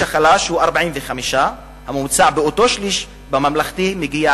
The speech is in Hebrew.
החלש הוא 45. הממוצע באותו שליש בממלכתי מגיע